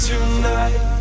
Tonight